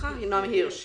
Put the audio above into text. הירש,